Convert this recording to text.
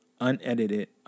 unedited